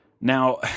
Now